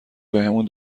بهمون